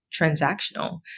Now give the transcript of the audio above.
transactional